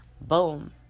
Boom